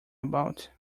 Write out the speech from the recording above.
about